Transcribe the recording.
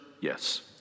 Yes